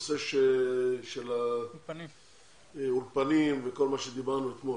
בנושא של האולפנים וכל מה שדיברנו אתמול.